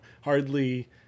hardly